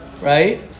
right